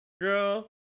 girl